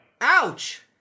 Ouch